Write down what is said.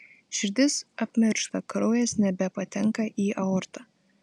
širdis apmiršta kraujas nebepatenka į aortą